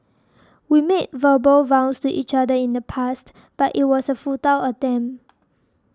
we made verbal vows to each other in the past but it was a futile attempt